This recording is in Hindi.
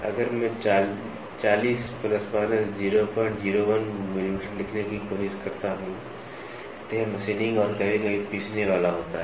अगर मैं 40 ± 001 मिलीमीटर लिखने की कोशिश करता हूं तो यह मशीनिंग और कभी कभी पीसने वाला होता है